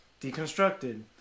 deconstructed